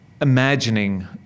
imagining